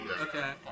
Okay